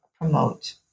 promote